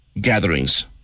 gatherings